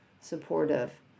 supportive